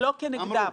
מה יצא ממנה?